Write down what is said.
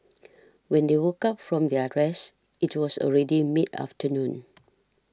when they woke up from their rest it was already mid afternoon